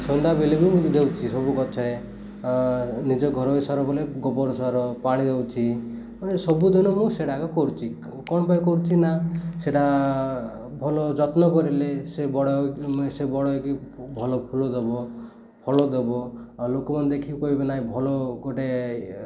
ସନ୍ଧ୍ୟା ବେଳକୁ ମୁଁ ଦଉଛି ସବୁ ଗଛରେ ନିଜ ଘରୋଇ ସାର ବୋଲେ ଗୋବର ସାର ପାଣି ଦଉଛି ମାନେ ସବୁଦିନ ମୁଁ ସେଟାକ କରୁଇଛି କ'ଣ ପାଇଁ କରୁଛି ନା ସେଇଟା ଭଲ ଯତ୍ନ କରିଲେ ସେ ବଡ଼ ମାନେ ସେ ବଡ଼ ହେଇକି ଭଲ ଫୁଲ ଦବ ଫଳ ଦବ ଆଉ ଲୋକମାନେ ଦେଖିକି କହିବି ନାହିଁ ଭଲ ଗୋଟେ